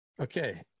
okay